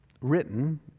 written